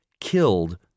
killed